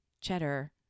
cheddar